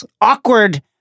Awkward